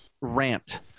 rant